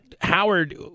Howard